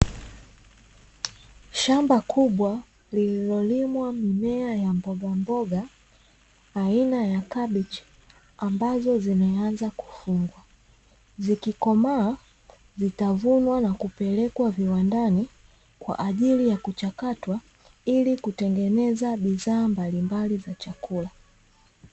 Shamba kubwa lililolimwa mimea ya mbogamboga aina ya kabichi, ambazo zimeanza kukua, zikikomaa zitavunwa na kupelekwa viwandani, kwa ajili ya kuchakatwa ili kutengeneza bidhaa mbalimbali za chakula.